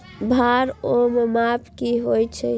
भार ओर माप की होय छै?